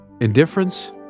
indifference